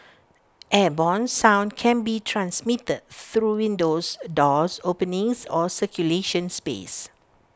airborne sound can be transmitted through windows doors openings or circulation space